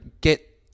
get